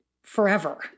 forever